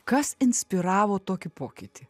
kas inspiravo tokį pokytį